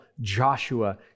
Joshua